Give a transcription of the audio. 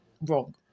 wrong